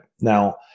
Now